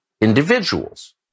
individuals